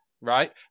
right